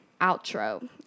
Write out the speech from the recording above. outro